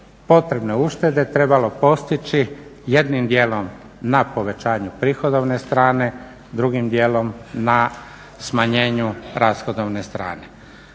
potrebne uštede trebalo postići jednim dijelom na povećanju prihodovne strane, drugim dijelom na smanjenju rashodovne strane.